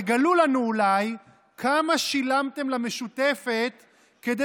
תגלו לנו אולי כמה שילמתם למשותפת כדי